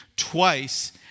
Twice